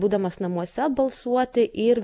būdamas namuose balsuoti ir